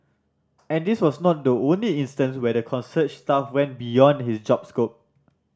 and this was not the only instance where the concierge staff went beyond his job scope